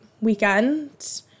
weekend